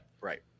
Right